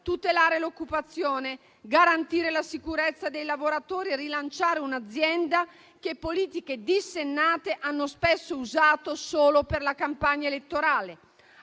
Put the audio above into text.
tutelare l'occupazione, a garantire la sicurezza dei lavoratori e a rilanciare un'azienda che politiche dissennate hanno spesso usato solo per la campagna elettorale.